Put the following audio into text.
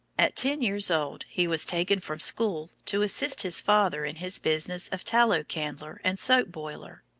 at ten years old he was taken from school to assist his father in his business of tallow-candler and soap-boiler.